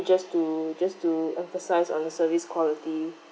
just to just to emphasise on the service quality